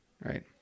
right